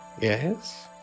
Yes